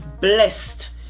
Blessed